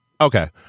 okay